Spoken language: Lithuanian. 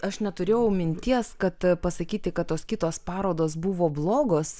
aš neturėjau minties kad pasakyti kad tos kitos parodos buvo blogos